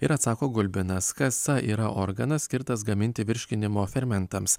ir atsako gulbinas kasa yra organas skirtas gaminti virškinimo fermentams